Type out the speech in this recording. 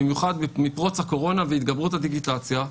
במיוחד מפרוץ הקורונה והתגברות הדיגיטציה,